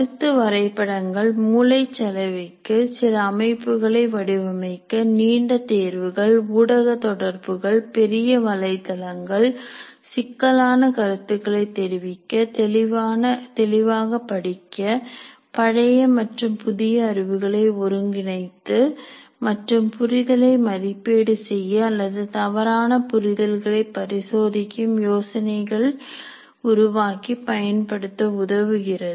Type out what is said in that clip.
கருத்து வரைபடங்கள் மூளைச் சலவைக்கு சில அமைப்புகளை வடிவமைக்க நீண்ட தேர்வுகள் ஊடகத் தொடர்புகள் பெரிய வலைதளங்கள் சிக்கலான கருத்துக்களை தெரிவிக்க தெளிவாக படிக்க பழைய மற்றும் புதிய அறிவுகளை ஒருங்கிணைத்து மற்றும் புரிதலை மதிப்பீடு செய்ய அல்லது தவறான புரிதல்களை பரிசோதிக்கும் யோசனைகள் உருவாக்கி பயன்படுத்த உதவுகிறது